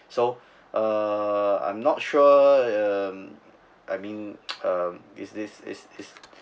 so uh I'm not sure uh I mean around is this